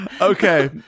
Okay